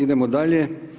Idemo dalje.